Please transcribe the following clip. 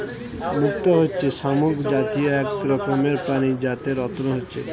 মুক্ত হচ্ছে শামুক জাতীয় এক রকমের প্রাণী যাতে রত্ন হচ্ছে